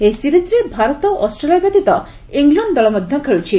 ଏହି ସିରିଜ୍ରେ ଭାରତ ଓ ଅଷ୍ଟ୍ରେଲିଆ ବ୍ୟତୀୟ ଇଂଲଣ୍ଡ୍ ଦଳ ମଧ୍ୟ ଖେଳୁଛି